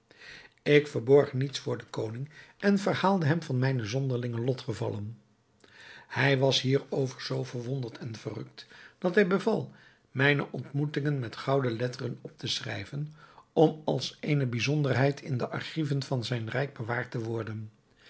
ik verborg niets voor den koning en verhaalde hem mijne zonderlinge lotgevallen hij was hierover zoo verwonderd en verrukt dat hij beval mijne ontmoetingen met gouden letteren op te schrijven om als eene bijzonderheid in de archieven van zijn rijk bewaard te worden